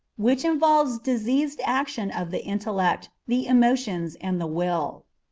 which involves diseased action of the intellect, the emotions, and the will.